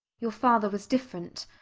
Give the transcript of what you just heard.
your father was different.